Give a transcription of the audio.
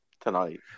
tonight